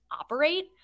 operate